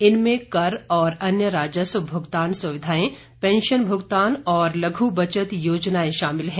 इनमें कर और अन्य राजस्व भुगतान सुविधाएं पेंशन भुगतान और लघ् बचत योजनाएं शामिल हैं